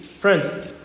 friends